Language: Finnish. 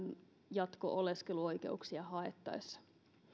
jatko oleskeluoikeuksia haettaessa